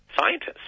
scientists